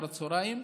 אחר הצוהריים.